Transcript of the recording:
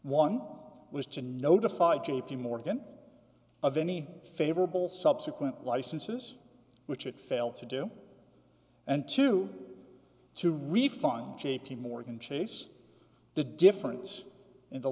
one was to notify j p morgan of any favorable subsequent licenses which it failed to do and two to refund j p morgan chase the difference in the